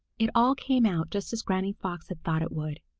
it all came out just as granny fox had thought it would.